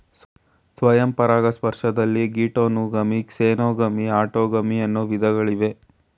ಸ್ವಯಂ ಪರಾಗಸ್ಪರ್ಶದಲ್ಲಿ geitonogamy, xenogamy, autogamy ಅನ್ನೂ ವಿಧಗಳಿವೆ